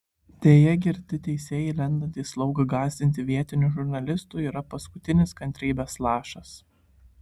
deja girti teisėjai lendantys lauk gąsdinti vietinių žurnalistų yra paskutinis kantrybės lašas